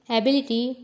ability